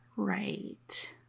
Right